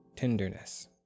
Tenderness